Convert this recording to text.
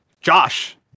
Josh